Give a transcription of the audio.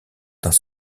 dans